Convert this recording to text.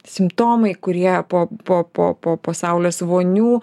simptomai kurie po po po po saulės vonių